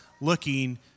looking